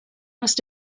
must